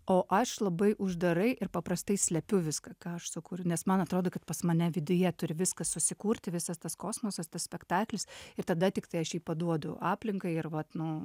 o aš labai uždarai ir paprastai slepiu viską ką aš sukūriau nes man atrodo kad pas mane viduje turi viskas susikurti visas tas kosmosas tas spektaklis ir tada tiktai aš jį paduodu aplinkai ir vat nu